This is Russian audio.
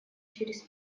через